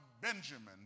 Benjamin